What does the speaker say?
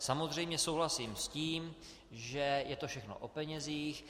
Samozřejmě souhlasím s tím, že je to všechno o penězích.